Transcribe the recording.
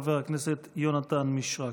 חבר הכנסת יונתן מישרקי.